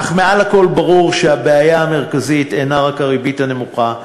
אך מעל לכול ברור שהבעיה המרכזית אינה רק הריבית הנמוכה,